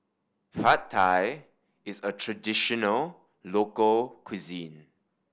Pad Thai is a traditional local cuisine